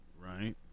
right